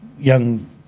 young